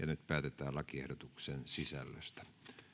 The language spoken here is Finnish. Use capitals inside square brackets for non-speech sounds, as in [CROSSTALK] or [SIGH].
[UNINTELLIGIBLE] nyt päätetään lakiehdotuksen sisällöstä